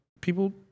people